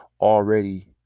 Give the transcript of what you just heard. already